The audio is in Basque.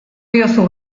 diozu